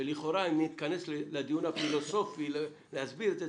שלכאורה אם נתכנס לדיון הפילוסופי להסביר את זה,